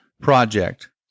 project